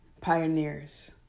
pioneers